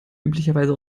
üblicherweise